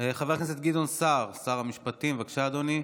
חבר הכנסת גדעון סער, שר המשפטים, בבקשה, אדוני.